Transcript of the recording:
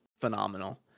phenomenal